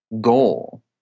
goal